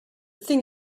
thing